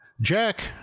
Jack